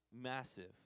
massive